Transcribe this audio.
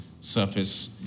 surface